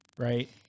right